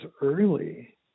early